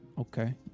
okay